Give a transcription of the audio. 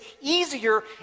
easier